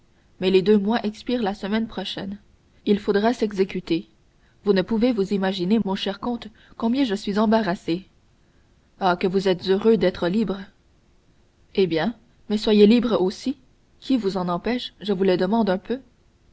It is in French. mais les deux mois expirent la semaine prochaine il faudra s'exécuter vous ne pouvez vous imaginer mon cher comte combien je suis embarrassé ah que vous êtes heureux d'être libre eh bien mais soyez libre aussi qui vous en empêche je vous le demande un peu